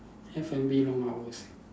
F&B long hours ah